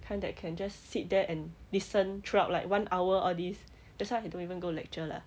kind that can just sit there and listen throughout like one hour all this that's why I don't even go lecture lah